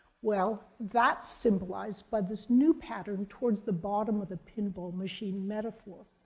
well, that's symbolized by this new pattern towards the bottom of the pinball machine metaphor.